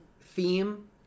theme